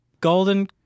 golden